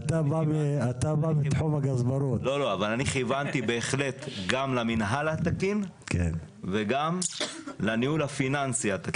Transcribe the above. אני כיוונתי גם למינהל התקין וגם לניהול הפיננסי התקין.